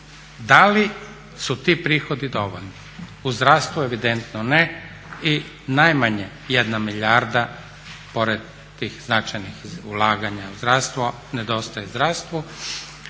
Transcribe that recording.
da li su ti prihodi dovoljni? U zdravstvu evidentno ne i najmanje 1 milijarda pored tih značajnih ulaganja u zdravstvo